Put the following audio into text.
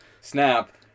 snap